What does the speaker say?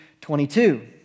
22